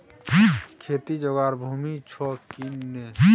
खेती जोगर भूमि छौ की नै?